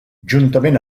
juntament